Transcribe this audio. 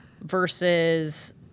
versus